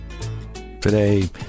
Today